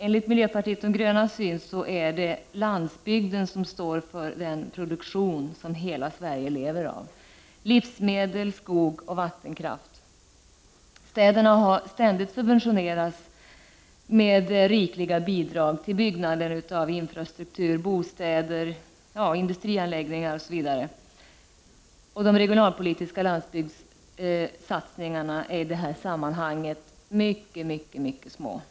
Enligt miljöpartiet de grönas syn är det landsbygden som står för den produktion som hela Sverige lever av — livsmedel, skog och vattenkraft. Städerna har ständigt subventionerats med rikliga bidrag till byggnader, infrastruktur, bostäder, industrianläggningar osv. De regionalpolitiska landsbygdssatsningarna är i det sammanhanget mycket, mycket små.